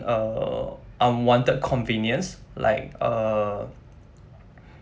uh unwanted convenience like uh